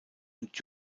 und